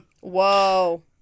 Whoa